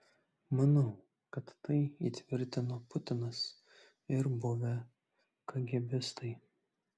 manau kad tai įtvirtino putinas ir buvę kagėbistai